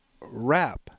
Wrap